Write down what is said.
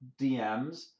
DMs